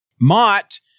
Mott